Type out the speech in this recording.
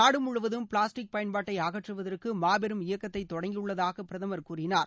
நாடுமுழுவதும் பிளாஸ்டிக் பயன்பாட்டை அகற்றுவதற்கு மாபெரும் இயக்கத்தை தொடங்கியுள்ளதாக பிரதமர் கூறினார்